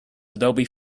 adobe